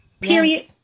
period